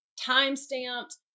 time-stamped